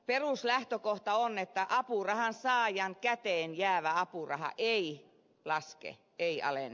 peruslähtökohta on että apurahansaajan käteen jäävä apuraha ei laske ei alene